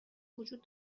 وجود